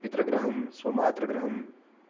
पितृगृहं स्वमातृगृहम्